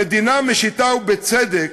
המדינה משיתה, ובצדק,